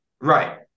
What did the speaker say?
Right